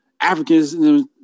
Africans